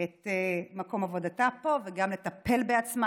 את מקום עבודתה פה וגם לטפל בעצמה,